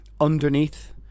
underneath